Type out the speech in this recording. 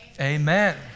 amen